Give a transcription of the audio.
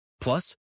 Plus